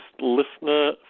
listener